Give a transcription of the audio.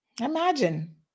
Imagine